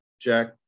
Jack